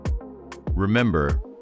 Remember